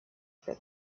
for